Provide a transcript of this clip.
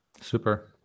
Super